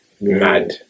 Mad